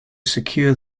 secure